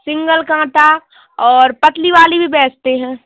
single काँटा और पतली वाली भी बेचते हैं